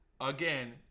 Again